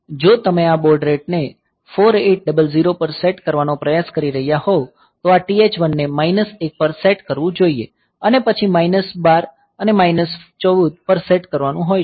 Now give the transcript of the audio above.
જો તમે આ બોડ રેટ ને 4800 પર સેટ કરવાનો પ્રયાસ કરી રહ્યાં હોવ તો આ TH1 ને માઇનસ 1 પર સેટ કરવો જોઈએ અને પછી માઈનસ 12 અને માઈનસ 24 પર સેટ કરવાનો હોય છે